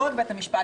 לא רק בית המשפט,